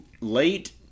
late